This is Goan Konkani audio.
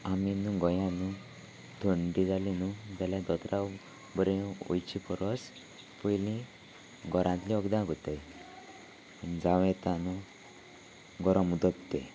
आमी न्हू गोंया न्हू थंडी जाली न्हू जाल्यार दोतोरा बर वयची परस पयलीं घरांतली वखदां करताय जावं येता न्हू गरम उदक ते